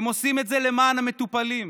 הם עושים את זה למען המטופלים,